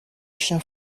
chien